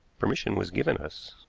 permission was given us.